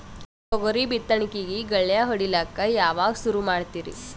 ತೊಗರಿ ಬಿತ್ತಣಿಕಿಗಿ ಗಳ್ಯಾ ಹೋಡಿಲಕ್ಕ ಯಾವಾಗ ಸುರು ಮಾಡತೀರಿ?